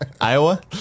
Iowa